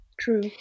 true